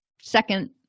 second